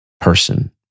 person